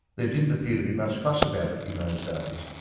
there didn't appear to be much fuss about it in those days,